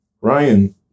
Ryan